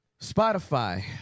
Spotify